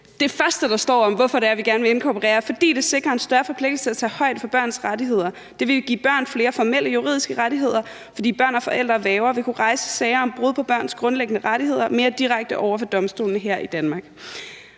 det første, der står om, hvorfor vi gerne vil inkorporere børnekonventionen, er, at det sikrer en større forpligtelse til at tage højde for børns rettigheder. Det ville give børnene flere formelle juridiske rettigheder, fordi børn og forældre og værger vil kunne rejse sager om brud på børns grundlæggende rettigheder mere direkte over for domstolene her i Danmark.